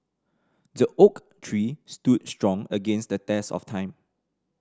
the oak tree stood strong against the test of time